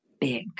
big